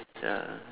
ya